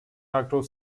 actor